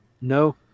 no